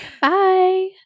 Bye